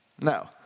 No